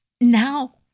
Now